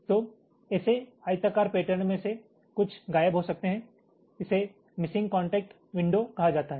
तो ऐसे आयताकार पैटर्न में से कुछ गायब हो सकते हैं इसे मिसिंग कांटेक्ट विंडो कहा जाता है